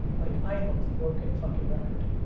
like i am a broken fucking record.